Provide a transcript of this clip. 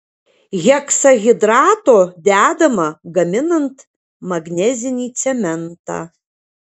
heksahidrato dedama gaminant magnezinį cementą